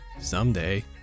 someday